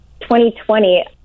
2020